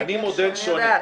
אני יודעת.